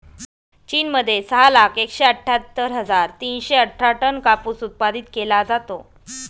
चीन मध्ये सहा लाख एकशे अठ्ठ्यातर हजार तीनशे अठरा टन कापूस उत्पादित केला जातो